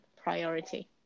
priority